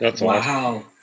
Wow